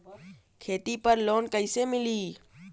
खेती पर लोन कईसे मिली?